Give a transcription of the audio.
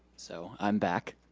so, i'm back.